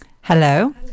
hello